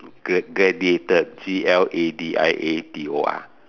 gladiator G L A D I A T O R